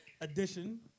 edition